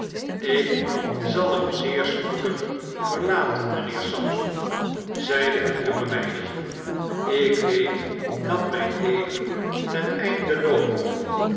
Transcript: jk zal hem zeer spoedig verlaten mynheer sampson zei het jonge meisje ik weet dat mp leven ten einde loopt